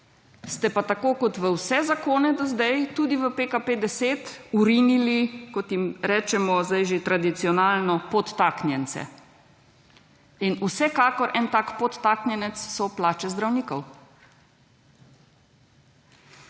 Ste pa tako kot v vse zakone do sedaj, tudi v PKP10, vrnili kot jim rečemo sedaj že tradicionalno podtaknjence. In vsekakor en tak podtaknjenec so plače zdravnikov.